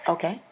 Okay